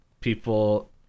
people